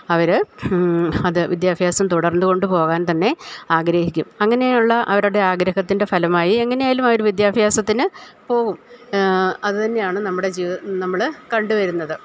അവര് അത് വിദ്യാഭ്യാസം തുടർന്ന്കൊണ്ട് പോകാൻ തന്നെ ആഗ്രഹിക്കും അങ്ങനെയുള്ള അവരുടെയാഗ്രഹത്തിൻ്റെ ഫലമായി എങ്ങനെ ആയാലും അവർ വിദ്യാഭ്യാസത്തിന് പോവും അത് തന്നെയാണ് നമ്മുടെ ജീവി നമ്മള് കണ്ടുവരുന്നത്